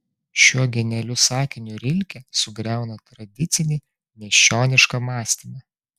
šiuo genialiu sakiniu rilke sugriauna tradicinį miesčionišką mąstymą